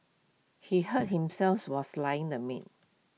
he hurt himself while slicing the meat